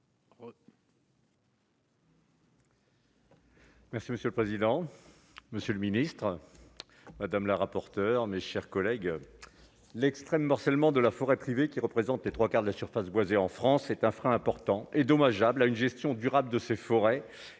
Merci monsieur le président, monsieur le ministre madame la rapporteure, mes chers collègues, l'extrême morcellement de la forêt privée, qui représente les 3 quarts de la surface boisée, en France, c'est un frein important et dommageable à une gestion durable de ces forêts